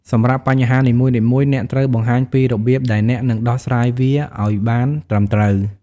សម្រាប់បញ្ហានីមួយៗ អ្នកត្រូវបង្ហាញពីរបៀបដែលអ្នកនឹងដោះស្រាយវាអោយបានត្រឹមត្រូវ។